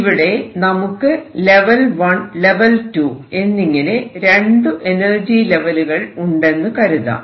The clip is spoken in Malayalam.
ഇവിടെ നമുക്ക് ലെവൽ 1 ലെവൽ 2 എന്നിങ്ങനെ രണ്ടു എനർജി ലെവലുകൾ ഉണ്ടെന്നു കരുതാം